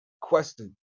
Question